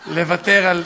מוחרם.